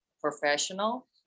professional